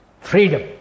freedom